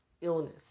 illness